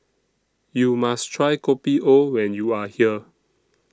YOU must Try Kopi O when YOU Are here